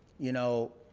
you know